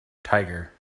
tiger